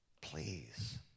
please